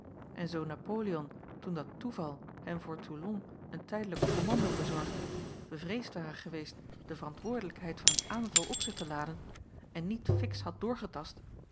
en zoo napoleon toen dat toeval hem voor toulon een tijdelijk kommando bezorgde bevreesd ware geweest de verantwoordelijkheid van een aanval op zich te laden en niet fiks had